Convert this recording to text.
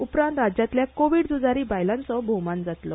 उपरांत राज्यांतल्या कोवीड झुजारी बायलांचो भोवमान करतले